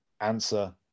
answer